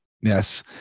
Yes